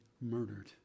murdered